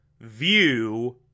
view